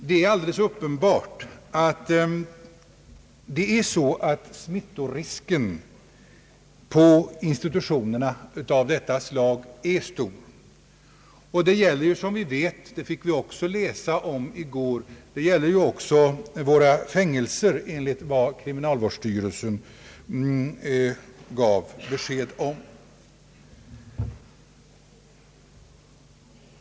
Det är alldeles uppenbart att smittorisken på institutioner av detta slag är stor. Detta gäller som vi vet — det fick vi också läsa om i går — även våra fängelser, enligt vad kriminalvårdsstyrelsen gav besked om.